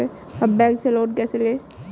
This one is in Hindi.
हम बैंक से लोन कैसे लें?